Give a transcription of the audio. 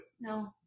No